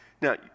Now